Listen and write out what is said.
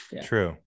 True